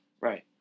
Right